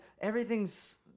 Everything's